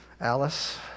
Alice